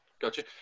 Gotcha